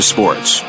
Sports